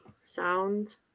sound